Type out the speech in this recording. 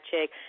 chick